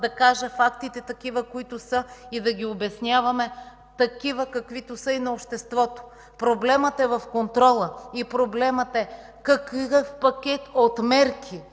да кажа фактите, такива каквито са, и да ги обясняваме, такива каквито са, и на обществото. Проблемът е в контрола. Проблемът е: какъв пакет от мерки?